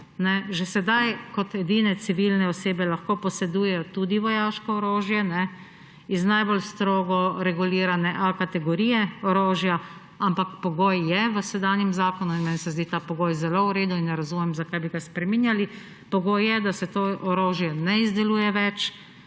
že sedaj kot edine civilne osebe lahko posedujejo tudi vojaško orožje iz najbolj strogo regulirane A- kategorije orožja, ampak pogoj je v sedanjem zakonu, in meni se zdi ta pogoj zelo v redu in ne razumem, zakaj bi ga spreminjali. Pogoj je, da se to orožje ne izdeluje več